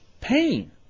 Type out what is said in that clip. pain